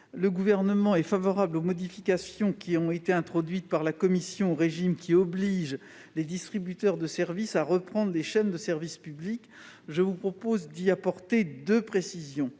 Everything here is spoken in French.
Le Gouvernement est favorable aux modifications apportées par la commission au régime obligeant les distributeurs de services à reprendre les chaînes de service public. Je souhaite toutefois y apporter deux précisions.